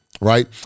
right